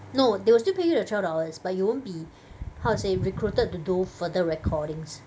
no they will still pay you your twelve dollars but you won't be how to say recruited to do further recordings